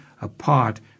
apart